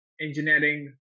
engineering